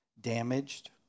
damaged